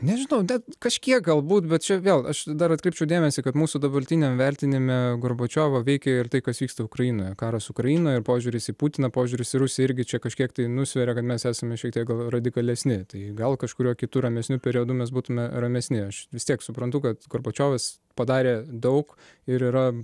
nežinau bet kažkiek galbūt bet čia vėl aš dar atkreipčiau dėmesį kad mūsų dabartiniam vertinime gorbačiovo veikia ir tai kas vyksta ukrainoje karas ukrainoje ir požiūris į putiną požiūris į rusiją irgi čia kažkiek tai nusveria kad mes esame šiek tiek gal radikalesni tai gal kažkuriuo kitu ramesniu periodu mes būtume ramesni aš vis tiek suprantu kad gorbačiovas padarė daug ir yra